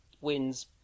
wins